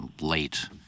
late